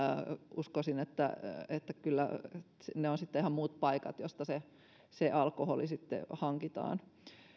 uskoisin että että kyllä ne ovat sitten ihan muut paikat joista se se alkoholi yleensä hankitaan